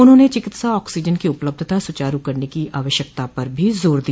उन्होंने चिकित्सा ऑक्सीजन की उपलब्धता सुचारू करने की आवश्यकता पर भी जोर दिया